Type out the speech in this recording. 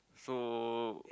so